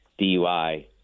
DUI